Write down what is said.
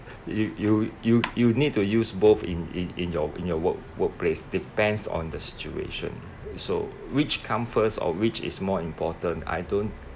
you you you you need to use both in in in your in your work work place depends on the situation so which come first of which is more important I don't